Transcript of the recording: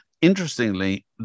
Interestingly